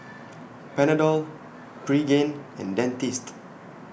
Panadol Pregain and Dentiste